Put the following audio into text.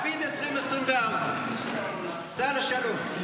לפיד 2024. סע לשלום.